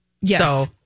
Yes